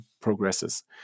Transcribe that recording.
progresses